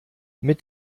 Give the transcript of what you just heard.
mit